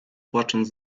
płacząc